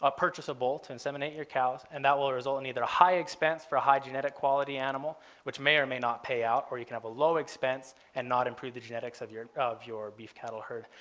ah purchase a bull to inseminate your cows and that will result in either a high expense for high genetic quality animal which may or may not pay out or you can have a low expense and not improve the genetics of your of your beef cattle herd.